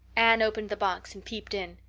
anne opened the box and peeped in.